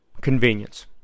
convenience